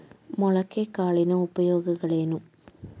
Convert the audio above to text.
ಮೊಳಕೆ ಕಾಳಿನ ಉಪಯೋಗಗಳೇನು?